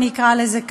אני אקרא לזה ככה,